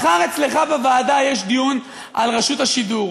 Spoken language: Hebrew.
מחר אצלך בוועדה יש דיון על רשות השידור,